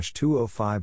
205